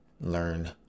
Learn